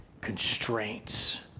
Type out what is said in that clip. constraints